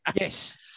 Yes